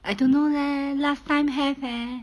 I don't know leh last time have leh